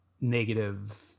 negative